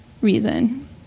reason